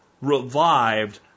revived